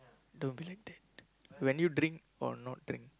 don't be like that when you drink or not drink